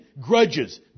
Grudges